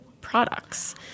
products